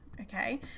Okay